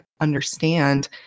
understand